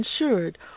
insured